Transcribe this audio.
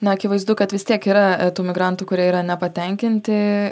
na akivaizdu kad vis tiek yra tų migrantų kurie yra nepatenkinti